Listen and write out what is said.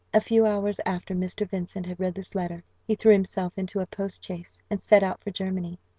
a few hours after mr. vincent had read this letter he threw himself into a post-chaise, and set out for germany.